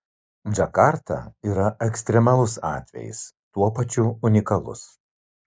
džakarta yra ekstremalus atvejis tuo pačiu unikalus